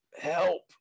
help